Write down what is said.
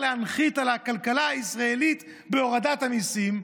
להנחית על הכלכלה הישראלית בהורדת המיסים.